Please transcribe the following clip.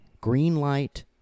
Greenlight